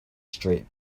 straight